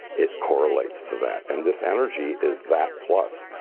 it correlates to that. and this energy is that plus.